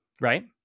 right